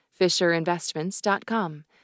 Fisherinvestments.com